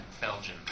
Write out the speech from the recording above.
Belgian